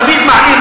תמיד מעלים,